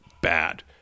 bad